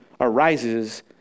arises